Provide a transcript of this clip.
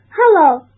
Hello